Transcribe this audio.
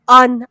on